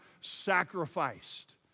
sacrificed